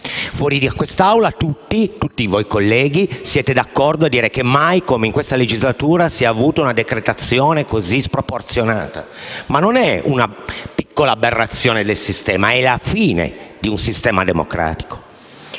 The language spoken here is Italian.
Fuori da quest'Aula tutti voi, colleghi, siete d'accordo nel dire che mai come in questa legislatura si è avuta una decretazione così sproporzionata; ma non è una piccola aberrazione del sistema: è la fine di un sistema democratico.